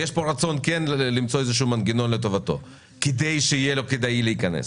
יש כאן רצון כן למצוא איזשהו מנגנון לטובתו כדי שיהיה לו כדאי להיכנס.